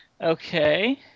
Okay